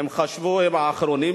הם חשבו שהם האחרונים,